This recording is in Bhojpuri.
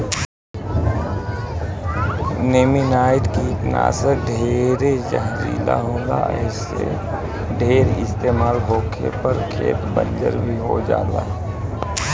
नेमानाइट कीटनाशक ढेरे जहरीला होला ऐसे ढेर इस्तमाल होखे पर खेत बंजर भी हो जाला